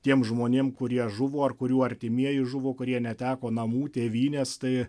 tiem žmonėm kurie žuvo ar kurių artimieji žuvo kurie neteko namų tėvynės tai